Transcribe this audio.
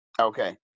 Okay